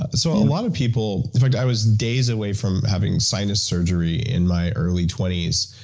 ah so a lot of people. in fact, i was days away from having sinus surgery in my early twenty s,